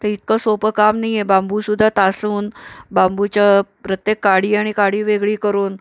ते इतकं सोपं काम नाही आहे बांबूसुद्धा तासून बांबूच्या प्रत्येक काडी आणि काडी वेगळी करून